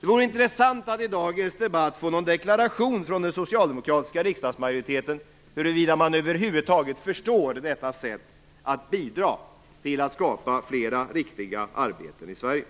Det vore intressant att i dagens debatt få någon deklaration från den socialdemokratiska riksdagsmajoriteten huruvida man över huvud taget förstår detta sätt att bidra till att skapa flera riktiga arbeten i Sverige.